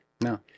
No